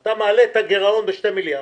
אתה מעלה את הגירעון בשני מיליארד,